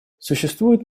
существуют